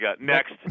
next